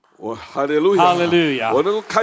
Hallelujah